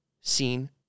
seen